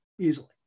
easily